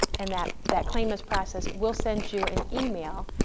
and that that claim is processed, we'll send you an email,